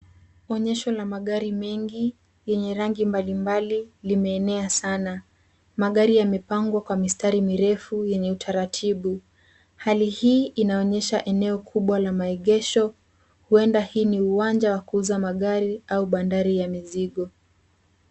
Onyesho la magari mengi yenye rangi mbalimbali limeenea sana. Magari yamepangwa kwa mistari mirefu yenye utaratibu. Hali hii inonyesha eneo kubwa la maegesho huenda hii ni uwanja wa kuuza magari au bandari ya mizigo.